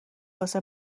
واسه